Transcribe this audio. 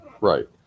right